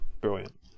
Brilliant